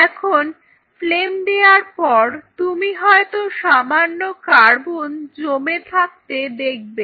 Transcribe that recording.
এখন ফ্লেম দেয়ার পর তুমি হয়তো সামান্য কার্বন জমে থাকতে দেখবে